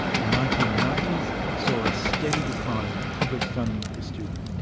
the nineteen ninety s saw a steady decline in public funding per student.